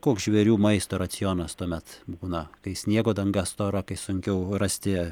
koks žvėrių maisto racionas tuomet būna kai sniego danga stora kai sunkiau rasti